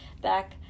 back